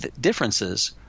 differences